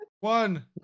one